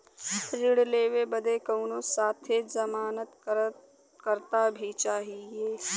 ऋण लेवे बदे कउनो साथे जमानत करता भी चहिए?